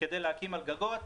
כדי להקים על גגות.